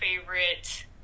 favorite